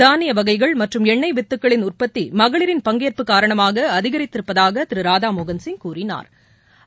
தானிய வகைகள் மற்றும் எண்ணெய் வித்துக்களின் உற்பத்தி மகளிரின் பங்கேற்பு காரணமாக அதிகரித்திருப்பதாக திரு ராதா மோகன்சிங் கூறினாா்